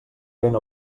vent